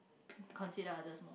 consider others